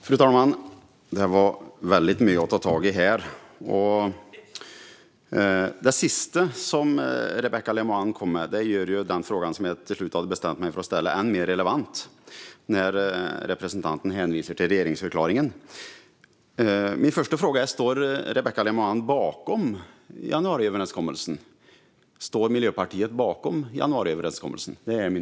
Fru talman! Det var mycket att ta tag i här. Det sista Rebecka Le Moine sa gör den fråga jag till sist bestämde mig för att ställa än mer relevant. Eftersom representanten hänvisar till regeringsförklaringen blir min första fråga: Står Rebecka Le Moine och Miljöpartiet bakom januariöverenskommelsen?